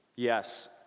Yes